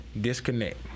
disconnect